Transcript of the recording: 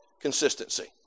consistency